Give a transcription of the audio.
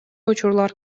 учурлар